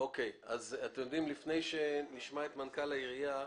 לפני שנשמע את מנכ"ל העירייה,